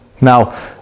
Now